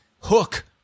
Hook